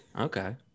okay